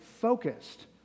focused